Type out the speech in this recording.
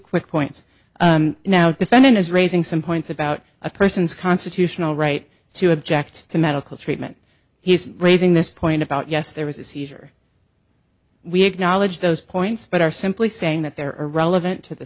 quick points now defendant is raising some points about a person's constitutional right to object to medical treatment he's raising this point about yes there was a seizure we acknowledge those points but are simply saying that they're relevant to the